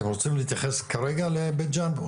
רשות הפיתוח, אתם רוצים להתייחס לבית ג'ן.